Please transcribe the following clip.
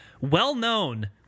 well-known